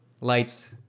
lights